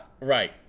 Right